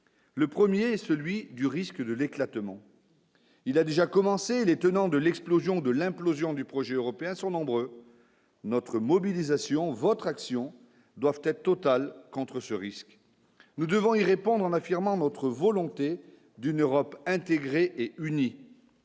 le 1er est celui du risque de l'éclatement, il a déjà commencé les tenants de l'explosion de l'implosion du projet européen sont nombreuses : notre mobilisation, votre action doivent être totale contre ce risque, nous devons y répondre en affirmant notre volonté d'une Europe intégrée et unie